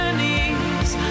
knees